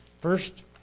First